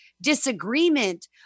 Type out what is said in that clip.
disagreement